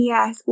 Yes